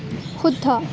শুদ্ধ